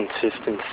consistency